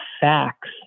facts